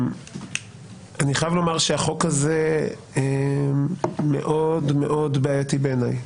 אני חייב לומר שהחוק הזה מאוד מאוד בעייתי בעיניי.